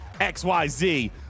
XYZ